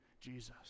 Jesus